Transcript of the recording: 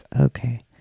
Okay